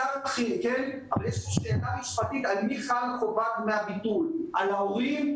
אלא אמרתי שיש סוגיה משפטית על מי חלה חובת דמי הביטול: על ההורים,